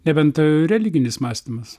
nebent religinis mąstymas